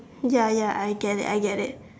ya ya I get it I get it